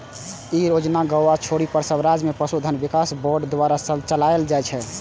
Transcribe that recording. ई योजना गोवा छोड़ि सब राज्य मे पशुधन विकास बोर्ड द्वारा चलाएल जाइ छै